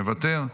מוותר,